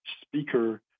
speaker